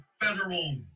federal